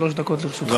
שלוש דקות לרשותך.